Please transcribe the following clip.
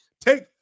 Take